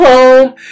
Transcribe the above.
Home